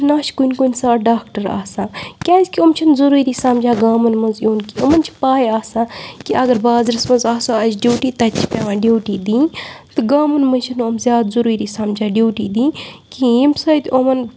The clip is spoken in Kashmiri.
تہٕ نہ چھِ کُنہِ کُنہِ ساتہٕ ڈاکٹر آسان کیٛازِکہِ یِم چھِنہٕ ضروٗری سَمجان گامَن منٛز یُن کینٛہہ یِمَن چھِ پاے آسان کہِ اَگَر بازرَس منٛز آسو اَسہِ ڈیوٹی تَتہِ چھِ پیٚوان ڈیوٹی دِنۍ تہٕ گامَن منٛز چھِنہٕ یِم زیادٕ ضٔروٗری سَمجان ڈیوٗٹی دِنۍ کِہیٖنۍ ییٚمہِ سۭتۍ یِمَن